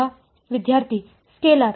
ವಿದ್ಯಾರ್ಥಿ ಸ್ಕೇಲಾರ್